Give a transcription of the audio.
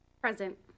Present